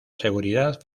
seguridad